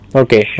okay